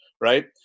Right